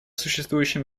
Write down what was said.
существующим